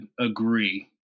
agree